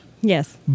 Yes